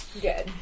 Good